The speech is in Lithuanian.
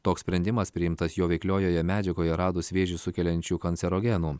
toks sprendimas priimtas jo veikliojoje medžiagoje radus vėžį sukeliančių kancerogenų